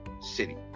city